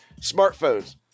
smartphones